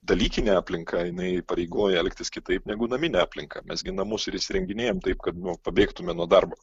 dalykinė aplinka jinai įpareigoja elgtis kitaip negu naminė aplinka mes gi namus ir įsirenginėjam taip kad nu pabėgtume nuo darbo